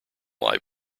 live